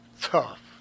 tough